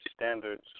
standards